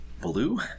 Blue